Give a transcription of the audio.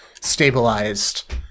stabilized